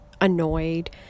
annoyed